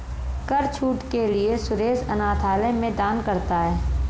कर छूट के लिए सुरेश अनाथालय में दान करता है